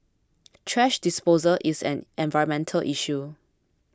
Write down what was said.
thrash disposal is an environmental issue